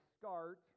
start